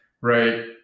right